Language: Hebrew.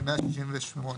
ו-168.